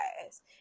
guys